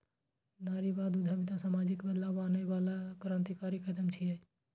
नारीवादी उद्यमिता सामाजिक बदलाव आनै बला क्रांतिकारी कदम छियै